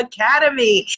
Academy